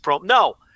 no